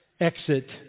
exit